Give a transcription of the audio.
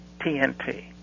TNT